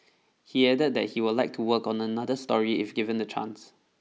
he added that he would like to work on another story if given the chance